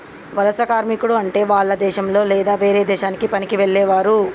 వలస కార్మికుడు అంటే వాల్ల దేశంలొ లేదా వేరే దేశానికి పనికి వెళ్లేవారు